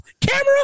camera